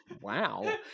Wow